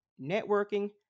networking